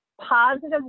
positive